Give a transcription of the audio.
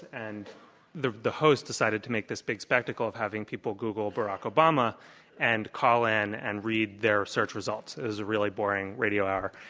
and the the host decided to make this big spectacle of having people google barack obama and call-in and read their search results. it was a really boring radio hour.